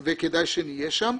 וכדאי שנהיה שם.